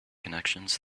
connections